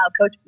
Coach